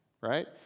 right